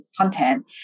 content